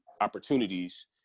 opportunities